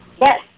Yes